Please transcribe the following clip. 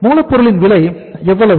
மூலப் பொருளின் விலை எவ்வளவு